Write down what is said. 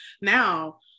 now